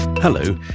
Hello